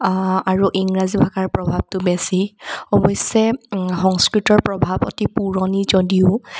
আৰু ইংৰাজী ভাষাৰ প্ৰভাৱটো বেছি অৱশ্যে সংস্কৃতৰ প্ৰভাৱ অতি পুৰণি যদিও